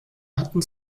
hatten